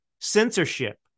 censorship